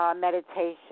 meditation